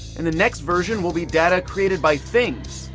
and the next version will be data created by things.